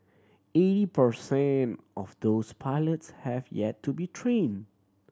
eighty per cent of those pilots have yet to be trained